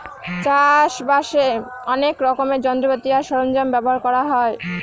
চাষ বাসে অনেক রকমের যন্ত্রপাতি আর সরঞ্জাম ব্যবহার করা হয়